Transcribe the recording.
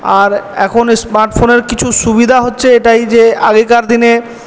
আর এখন স্মার্ট ফোনের কিছু সুবিধা হচ্ছে এটাই যে আগেকার দিনে